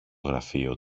γραφείο